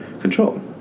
control